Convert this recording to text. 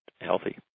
healthy